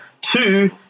two